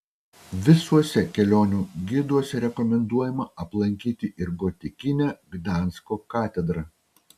visuose kelionių giduose rekomenduojama aplankyti ir gotikinę gdansko katedrą